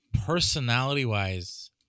personality-wise